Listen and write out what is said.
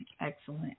Excellent